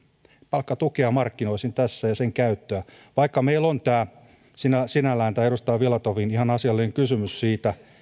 palkkatukea markkinoisin tässä ja sen käyttöä sinällään oli ihan asiallinen tämä edustaja filatovin kysymys siitä